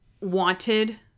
wanted